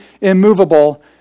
immovable